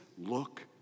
look